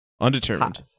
Undetermined